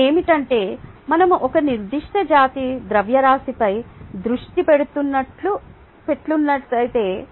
అవి ఏమిటంటే మనం ఒక నిర్దిష్ట జాతి ద్రవ్యరాశిపై దృష్టి పెడుతున్నట్లయితే